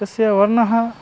तस्य वर्णः